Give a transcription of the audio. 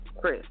Chris